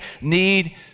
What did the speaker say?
need